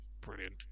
brilliant